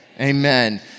Amen